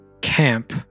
camp